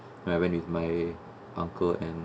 I went with my uncle and